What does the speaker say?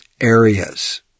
areas